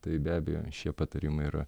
tai be abejo šie patarimai yra